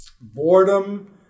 boredom